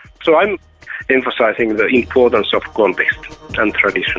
so i'm emphasising the importance of context and tradition.